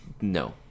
No